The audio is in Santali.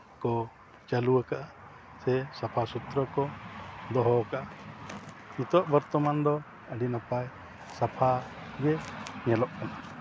ᱠᱚ ᱪᱟᱹᱞᱩ ᱟᱠᱟᱜᱼᱟ ᱥᱮ ᱥᱟᱯᱷᱟ ᱥᱩᱛᱨᱚ ᱠᱚ ᱫᱚᱦᱚ ᱠᱟᱜᱼᱟ ᱱᱤᱛᱳᱜ ᱵᱚᱨᱛᱚᱢᱟᱱ ᱫᱚ ᱟᱹᱰᱤ ᱱᱟᱯᱟᱭ ᱥᱟᱯᱷᱟ ᱜᱮ ᱧᱮᱞᱚᱜ ᱠᱟᱱᱟ